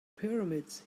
pyramids